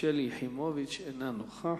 שלי יחימוביץ, אינה נוכחת.